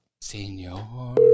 Senor